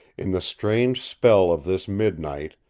in the strange spell of this midnight,